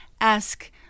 ask